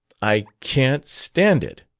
i can't stand it!